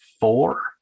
four